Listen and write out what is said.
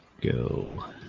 go